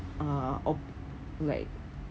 uh op~ like